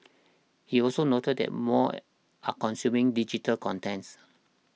he also noted that more are consuming digital contents